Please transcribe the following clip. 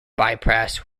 bypass